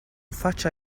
faccia